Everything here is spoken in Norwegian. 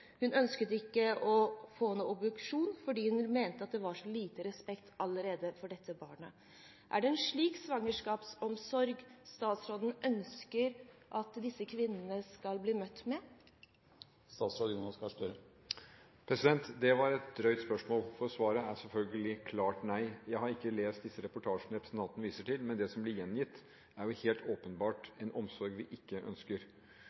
Hun ønsket ikke å få noen obduksjon fordi hun mente det allerede var så lite respekt for dette barnet. Er det en slik svangerskapsomsorg statsråden ønsker at disse kvinnene skal bli møtt med? Det var et drøyt spørsmål, for svaret er selvfølgelig et klart nei. Jeg har ikke lest disse reportasjene som representanten viser til, men det som blir gjengitt, er helt åpenbart en omsorg vi ikke ønsker.